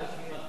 אתה מסכים?